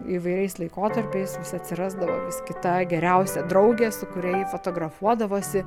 įvairiais laikotarpiais vis atsirasdavo kita geriausia draugė su kuria ji fotografuodavosi